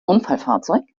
unfallfahrzeug